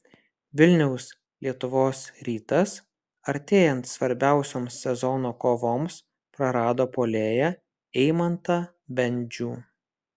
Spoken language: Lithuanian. vilniaus lietuvos rytas artėjant svarbiausioms sezono kovoms prarado puolėją eimantą bendžių